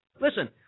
Listen